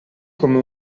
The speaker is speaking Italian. come